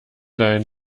dein